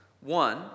One